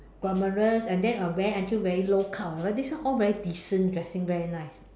got murderers and then uh wear until very low cut or whatever this one all very decent dressing very nice